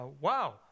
Wow